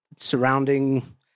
surrounding